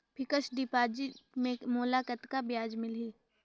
Fixed deposit मे मोला कतका ब्याज मिलही?